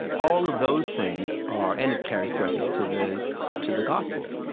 all of those things are and it carries through, i think, to the to the gospels,